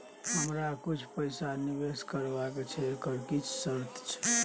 हमरा कुछ पैसा निवेश करबा छै एकर किछ शर्त छै?